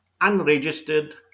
unregistered